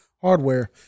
hardware